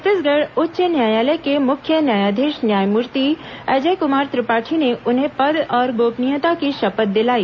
छत्तीसगढ़ उच्च न्यायालय के मुख्य न्यायाधीश न्यायमूर्ति अजय कमार त्रिपाठी ने उन्हें पद और गोपनीयता की शपथ दिलाई